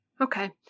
Okay